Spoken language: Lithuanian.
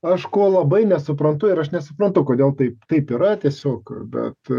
aš ko labai nesuprantu ir aš nesuprantu kodėl taip taip yra tiesiog bet